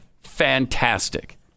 fantastic